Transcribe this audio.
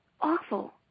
awful